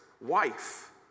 wife